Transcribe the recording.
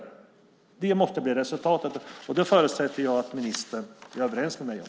Det måste bli resultatet. Det förutsätter jag att ministern är överens med mig om.